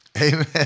Amen